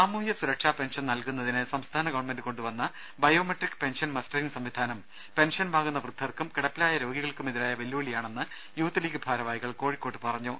സാമൂഹ്യ സുരക്ഷാ പെൻഷൻ നൽകുന്നതിന് സംസ്ഥാന ഗവൺമെന്റ കൊണ്ടുവന്ന ബയോമെട്രിക് പെൻഷൻ മസ്റ്ററിംഗ് സംവിധാനം പെൻഷൻ വാങ്ങുന്ന വൃദ്ധർക്കും കിടപ്പിലായ രോഗികൾക്കുമെതിരായ വെല്ലുവിളിയാണെന്ന് യൂത്ത് ലീഗ് ഭാരവാഹികൾ കോഴിക്കോട് പറഞ്ഞു